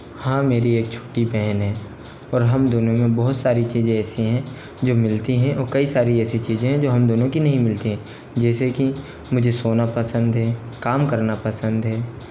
हाँ मेरी एक छोटी बहन है और हम दोनों में बहुत सारी चीज़ें ऐसी हैं जो मिलती हैं और कई सारी ऐसी चीज़ें हैं जो हम दोनों की नहीं मिलती हैं जैसे कि मुझे सोना पसंद है काम करना पसंद है